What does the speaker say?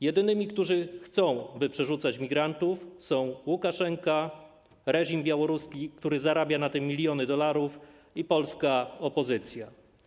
Jedynymi, którzy chcą, by przerzucać migrantów, są Łukaszenka, reżim białoruski, który zarabia na tym miliony dolarów, i polska opozycja.